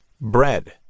Bread